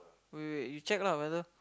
wait wait wait you check lah weather